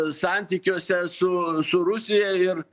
santykiuose su su rusija ir